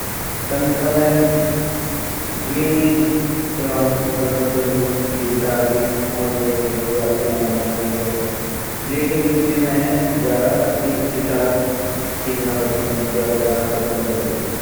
तन ता मैं द्वी छलौंड पसंद करलु की गिटार भी अर पियानो भी लेकिन जू ची मैं ज़्यादा गिटार सीखड या बेजोड़ पसंद करलु।